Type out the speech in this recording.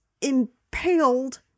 impaled